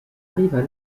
arrivent